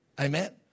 Amen